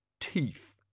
Teeth